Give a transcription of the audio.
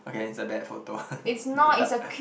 okay it's a bad photo